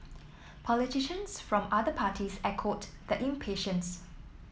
politicians from other parties echoed the impatience